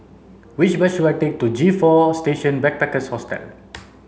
which bus should I take to G four Station Backpackers Hostel